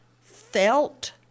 felt